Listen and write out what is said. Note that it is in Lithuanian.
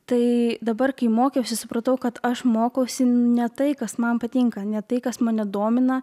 tai dabar kai mokiausi supratau kad aš mokausi ne tai kas man patinka ne tai kas mane domina